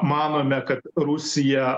manome kad rusija